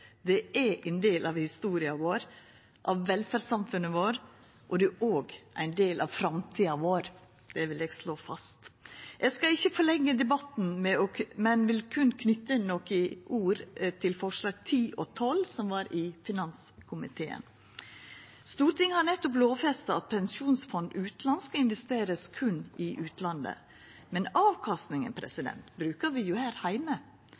produktivitet er ein del av historia vår, av velferdssamfunnet vårt, og det er òg ein del av framtida vår. Det vil eg slå fast. Eg skal ikkje forlengja debatten, men vil berre knyta nokre ord til forslaga nr. 10 og 12, som var i finanskomiteen. Stortinget har nettopp lovfesta at Statens pensjonsfond utland skal investerast berre i utlandet, men avkastninga brukar vi her heime.